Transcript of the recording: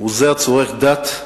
הוא זה הצורך דת,